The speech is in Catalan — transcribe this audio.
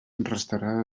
restarà